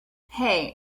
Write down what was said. hey